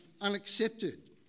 unaccepted